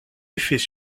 effets